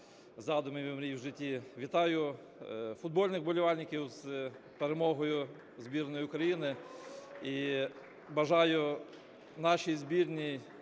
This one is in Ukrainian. задумів і мрій в житті. Вітаю футбольних вболівальників з перемогою збірної України. І бажаю нашій збірній